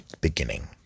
Beginning